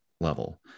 level